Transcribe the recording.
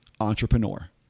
entrepreneur